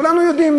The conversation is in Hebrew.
כולנו יודעים,